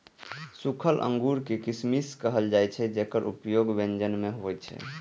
सूखल अंगूर कें किशमिश कहल जाइ छै, जेकर उपयोग व्यंजन मे होइ छै